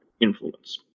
influence